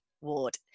Ward